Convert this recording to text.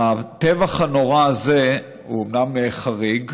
הטבח הנורא הזה הוא אומנם חריג,